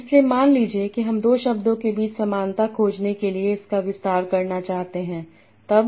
इसलिए मान लीजिए कि हम दो शब्दों के बीच समानता खोजने के लिए इसका विस्तार करना चाहते हैं तब